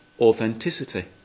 authenticity